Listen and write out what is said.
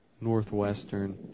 northwestern